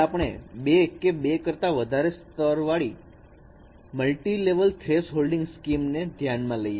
આપણે બે કે બે કરતા વધારે સ્તરવાળી મલ્ટી લેવલ થ્રેશહોલ્ડિંગ સ્કીમ ને ધ્યાનમાં લઈ શકીએ